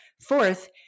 Fourth